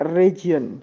region